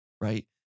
Right